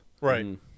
Right